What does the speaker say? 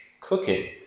cooking